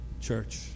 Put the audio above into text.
church